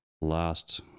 last